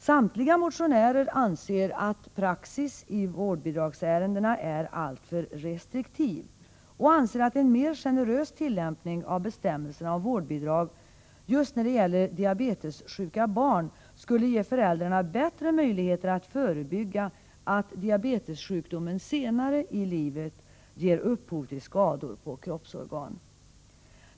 Samtliga motionärer anser att praxis i vårdbidragsärendena är alltför restriktiv och menar att en mer generös tillämpning av bestämmelserna om vårdbidrag när det gäller just diabetessjuka barn skulle ge föräldrarna bättre möjligheter att förebygga att diabetessjukdomen senare i barnets liv ger upphov till skador på kroppsorgan.